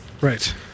Right